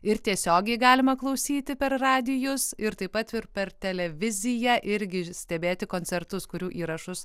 ir tiesiogiai galima klausyti per radijus ir taip pat ir per televiziją irgi ir stebėti koncertus kurių įrašus